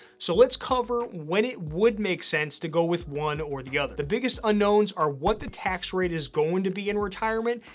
so, let's cover when it would make sense to go with one or the other. the biggest unknowns are what the tax rate is going to be in retirement,